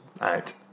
out